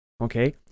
Okay